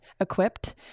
equipped